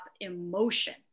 emotion